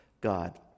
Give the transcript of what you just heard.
God